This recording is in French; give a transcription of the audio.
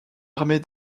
armée